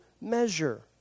measure